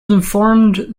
informed